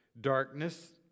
darkness